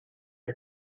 and